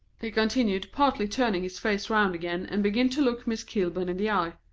he continued, partly turning his face round again, and beginning to look miss kilburn in the eye,